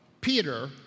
Peter